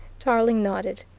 tarling nodded.